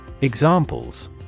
Examples